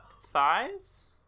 thighs